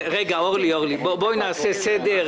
אורלי, מה את מבקשת מאיתנו?